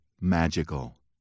magical